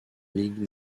ligue